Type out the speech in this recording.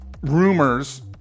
rumors